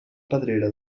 pedrera